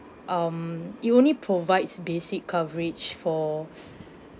um it only provides basic coverage for